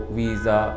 visa